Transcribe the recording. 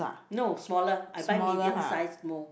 no smaller I buy medium sized mould